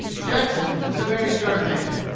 jackson was a very stern man.